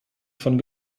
von